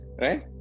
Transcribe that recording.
right